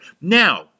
Now